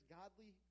godly